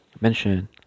mention